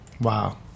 Wow